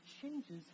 changes